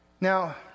Now